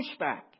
pushback